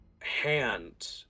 hand